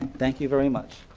thank you very much.